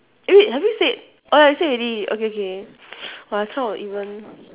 eh wait have you said oh ya you said already okay okay !wah! I cannot even